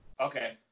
Okay